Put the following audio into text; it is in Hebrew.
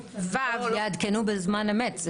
יעדכנו בזמן אמת.